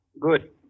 Good